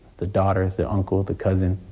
the daughter of the uncle of the cousin,